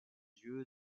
yeux